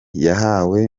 yahawe